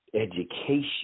education